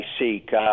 seek